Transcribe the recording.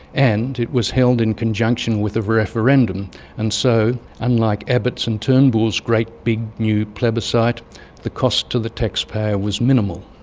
and it was held in conjunction with a referendum and so unlike abbott's and turnbull's great big new plebiscite the cost to the taxpayer was minimal.